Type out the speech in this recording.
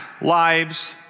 Lives